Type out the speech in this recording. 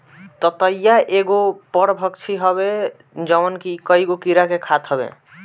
ततैया इ एगो परभक्षी हवे जवन की कईगो कीड़ा के खात हवे